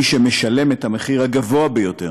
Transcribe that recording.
מי שמשלם את המחיר הגבוה ביותר